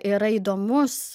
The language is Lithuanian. yra įdomus